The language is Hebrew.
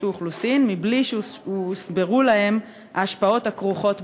האוכלוסין מבלי שהוסברו להם ההשפעות הכרוכות בכך,